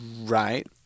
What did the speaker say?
Right